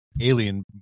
alien